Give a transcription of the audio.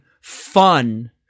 fun